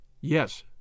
Yes